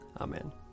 Amen